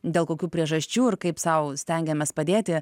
dėl kokių priežasčių ir kaip sau stengiamės padėti